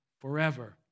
forever